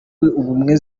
ubumwe